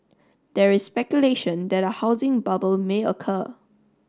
there is speculation that a housing bubble may occur